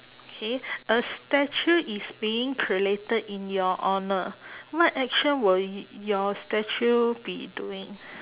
okay a statue is being created in your honour what action will y~ your statue be doing